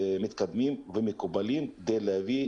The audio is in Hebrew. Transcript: מתקדמים ומקובלים כדי להביא,